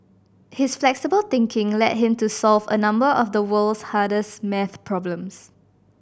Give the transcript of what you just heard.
his flexible thinking led him to solve a number of the world's hardest maths problems